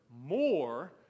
more